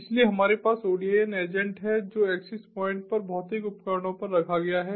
इसलिए हमारे पास ODIN एजेंट है जो एक्सेस पॉइंट पर भौतिक उपकरणों पर रखा गया है